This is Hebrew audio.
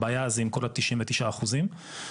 הבעיה היא בכל התשעים ותשעה אחוזים,